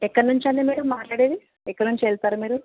ఎక్కడ నుంచండి మీరు మాట్లాడేది ఎక్కడ నుంచి చేశారు మీరు